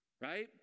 right